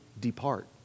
depart